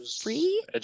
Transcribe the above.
free